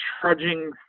trudging